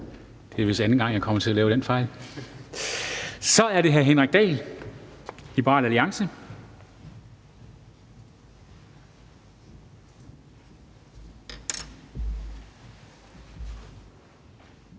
Det er vist anden gang, jeg kommer til at lave den fejl. Så er det hr. Henrik Dahl, Liberal Alliance.